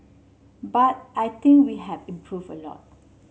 but I think we have improved a lot